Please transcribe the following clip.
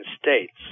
states